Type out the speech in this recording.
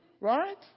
right